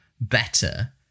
better